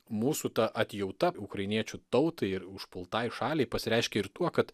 mūsų ta atjauta ukrainiečių tautai ir užpultai šaliai pasireiškė ir tuo kad